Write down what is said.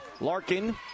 Larkin